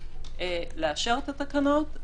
לאשר את התקנות,